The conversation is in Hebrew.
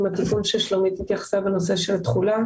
עם התיקון ששלומית התייחסה אליו בנושא של תחולה